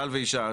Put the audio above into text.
בעל ואישה,